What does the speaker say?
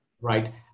right